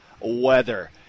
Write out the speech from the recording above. weather